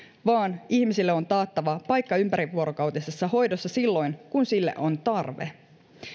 vaan ihmisille on taattava paikka ympärivuorokautisessa hoidossa silloin kun sille on tarve